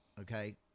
okay